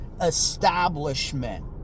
establishment